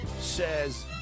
says